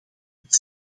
het